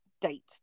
date